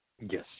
Yes